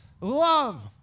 love